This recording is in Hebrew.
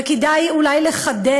וכדאי אולי לחדד: